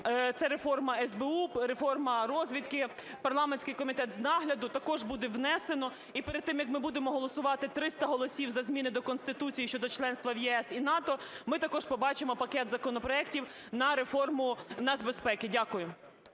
це реформа СБУ, реформа розвідки, парламентський комітет з нагляду – також буде внесено. І перед тим, як ми будемо голосувати триста голосів за зміни до Конституції щодо членства в ЄС і НАТО, ми також побачимо пакет законопроектів на реформу нацбезпеки. Дякую.